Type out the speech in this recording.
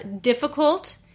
Difficult